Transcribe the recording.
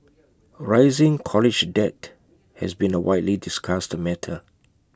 rising college debt has been A widely discussed matter